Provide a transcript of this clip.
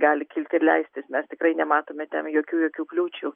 gali kilt ir leistis mes tikrai nematome ten jokių jokių kliūčių